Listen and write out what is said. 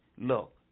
Look